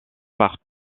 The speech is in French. par